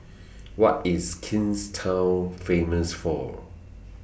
What IS Kingstown Famous For